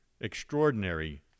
extraordinary